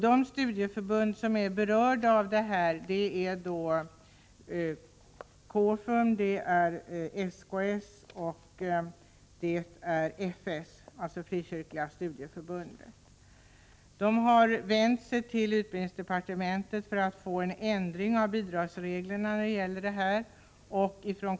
De studieförbund som är berörda av detta är KFUM, SKS och FS, alltså Frikyrkliga studieförbundet. Dessa förbund har vänt sig till utbildningsdepartementet för att få en ändring av bidragsreglerna till stånd.